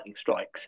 strikes